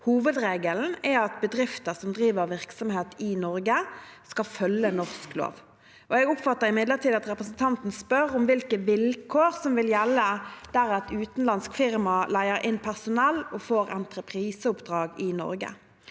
Hovedregelen er at bedrifter som driver virksomhet i Norge, skal følge norsk lov. Jeg oppfatter imidlertid at representanten spør om hvilke vilkår som vil gjelde der et utenlandsk firma leier inn personell og får entrepriseoppdrag i Norge.